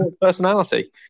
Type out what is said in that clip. personality